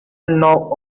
knock